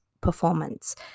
performance